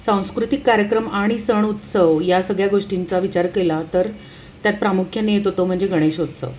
सांस्कृतिक कार्यक्रम आणि सण उत्सव या सगळ्या गोष्टींचा विचार केला तर त्यात प्रामुख्याने येतो तो म्हणजे गणेशोत्सव